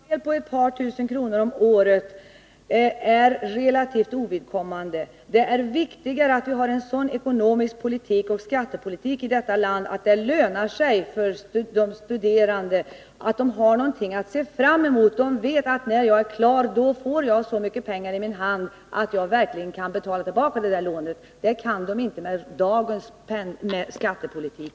Herr talman! En bidragsdel på ett par tusen kronor om året är relativt ovidkommande. Det är viktigare att vi har en sådan ekonomisk politik och skattepolitik i detta land att det lönar sig för de studerande att satsa på studier och att de har något att se fram emot. De måste veta: När jag är klar, får jag så mycket pengar i min hand att jag verkligen kan betala tillbaka lånet. — Det kan de inte med dagens skattepolitik.